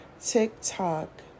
TikTok